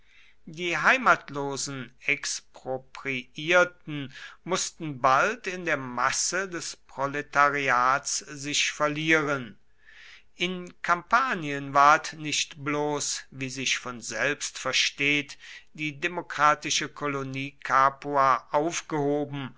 die heimatlosen expropriierten mußten bald in der masse des proletariats sich verlieren in kampanien ward nicht bloß wie sich von selbst versteht die demokratische kolonie capua aufgehoben